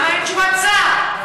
למה אין תשובת שר?